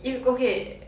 if you go ahead